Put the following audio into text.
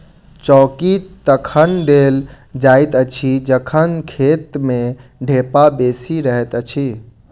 चौकी तखन देल जाइत अछि जखन खेत मे ढेपा बेसी रहैत छै